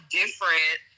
different